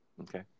Okay